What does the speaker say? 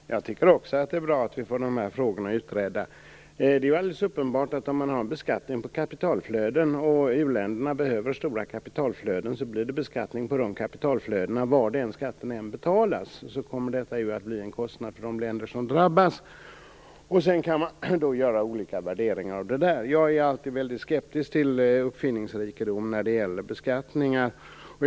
Herr talman! Jag tycker också att det är bra att vi får de här frågorna utredda. Det är alldeles uppenbart att om man har en beskattning på kapitalflöden, och u-länderna behöver stora kapitalflöden, så blir det beskattning på de kapitalflödena var den skatten än betalas och detta kommer att bli en kostnad för de länder som drabbas. Sedan kan man göra olika värderingar av det. Jag är alltid väldigt skeptisk till uppfinningsrikedomen när det gäller beskattningar.